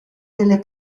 nelle